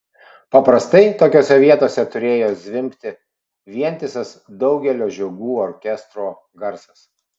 paprastai tokiose vietose turėjo zvimbti vientisas daugelio žiogų orkestro garsas